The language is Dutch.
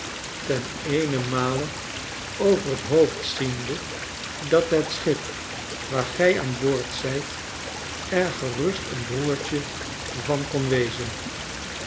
ten eenenmale over t hoofd ziende dat het schip waar gij aan boord zijt er gerust een broertje van kon wezen